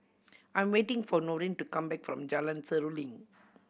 I'm waiting for Noreen to come back from Jalan Seruling